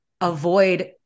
avoid